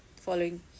following